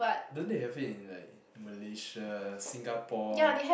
don't they have it in like Malaysia Singapore